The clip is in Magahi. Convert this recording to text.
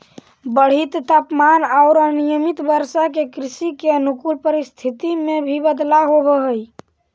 बढ़ित तापमान औउर अनियमित वर्षा से कृषि के अनुकूल परिस्थिति में भी बदलाव होवऽ हई